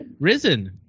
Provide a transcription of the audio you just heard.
Risen